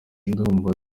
ndumva